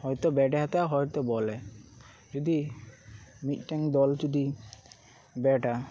ᱦᱳᱭᱛᱳ ᱵᱮᱴᱮ ᱦᱟᱛᱟᱣᱟ ᱦᱳᱭᱛᱳ ᱵᱚᱞᱮ ᱡᱩᱫᱤ ᱢᱤᱫᱴᱮᱱ ᱫᱚᱞ ᱡᱩᱫᱤ ᱵᱮᱴᱟ